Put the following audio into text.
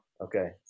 Okay